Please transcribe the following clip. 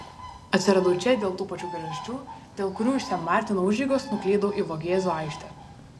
atsiradau čia dėl tų pačių priežasčių dėl kurių iš sen marteno užeigos nuklydau į vogėzų aikštę